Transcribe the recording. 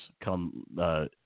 come